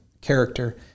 character